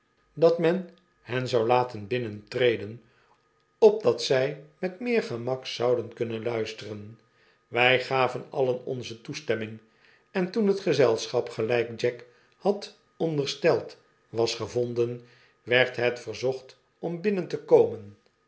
dat men hen zou laten binnentreden opdat zij met meer gemak zouden kunnen luisteren wij gaven alien onze toestemming en toen het gezelschap gelijk jack had ondersteld was gevonden werd het verzocht om binnen te komen